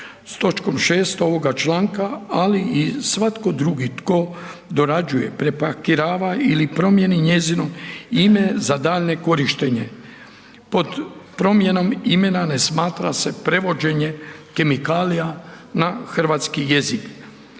s točkom 6. ovoga članka, ali i svatko drugi tko dorađuje, prepakirava ili promijeni njezino ime za daljnje korištenje. Pod promjenom imena ne smatra se prevođenje kemikalija na hrvatski jezik.